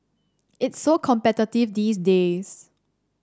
it's so competitive these days